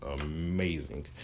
amazing